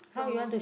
so